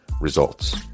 results